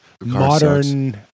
modern